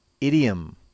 idiom